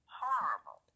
horrible